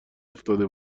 افتاده